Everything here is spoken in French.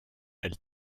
elles